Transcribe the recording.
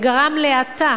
זה גרם להאטה